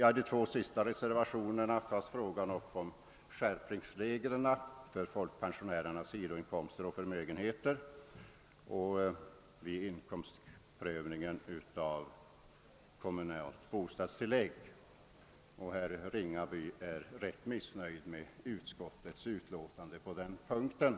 I de två sista reservationerna berörs frågan om skärpningsreglerna för folkpensionärers sidoinkomster och förmögenheter vid inkomstprövningen av kommunalt bostadstillägg. Herr Ringaby är rätt missnöjd med utskottets hemställan på den punkten.